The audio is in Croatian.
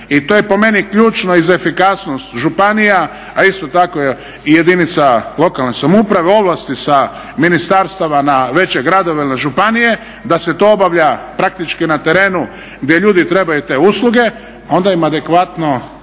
i to je po meni ključno i za efikasnost županija, a isto tako i jedinica lokalne samouprave, ovlasti sa ministarstava na veće gradove ili na županije, da se to obavlja praktički na terenu gdje ljudi trebaju te usluge, onda im adekvatno